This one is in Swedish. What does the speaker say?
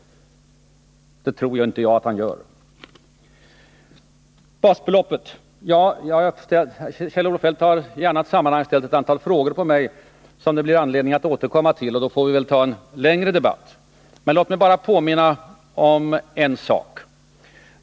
Det tror inte jag att man gör. Så till basbeloppet. Kjell-Olof Feldt har i ett annat sammanhang ställt ett antal frågor till mig som det blir anledning att återkomma till. Då får vi ta en längre debatt, men låt mig bara påminna om en sak.